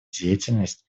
деятельность